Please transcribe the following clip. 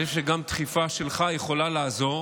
אני חושב שגם דחיפה שלך יכולה לעזור.